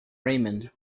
raymond